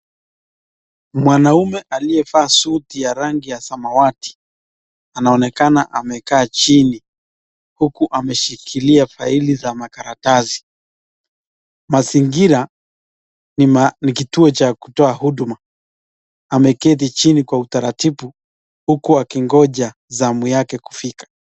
Mwanaume aliyevaa suti ya rangi ya samawati anaonekana amekaa chini uku ameshikilia faili za makaratasi. Mazingira ni kituo cha kutoa huduma. Ameketi chini kwa utaratibu uku akigoja zamu yake kufika.